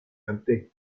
empty